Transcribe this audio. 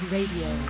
Radio